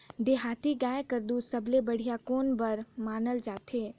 देहाती गाय कर दूध सबले बढ़िया कौन बर मानल जाथे?